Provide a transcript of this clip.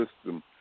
system